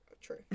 True